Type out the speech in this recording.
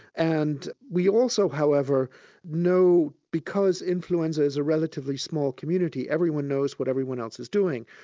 and we also however know because influenza's a relatively small community, everyone knows what everyone else is doing.